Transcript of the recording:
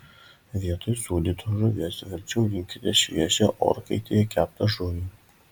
vietoj sūdytos žuvies verčiau rinkitės šviežią orkaitėje keptą žuvį